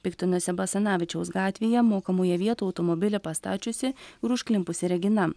piktinosi basanavičiaus gatvėje mokamoje vietu automobilį pastačiusi ir užklimpusi regina